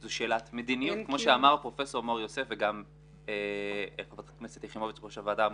זו שאלת מדיניות כמו שאמר פרופסור מור יוסף וגם יושבת ראש הוועדה.